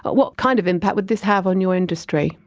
but what kind of impact would this have on your industry?